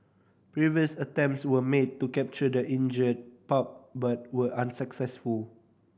previous attempts were made to capture the injured pup but were unsuccessful